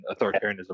authoritarianism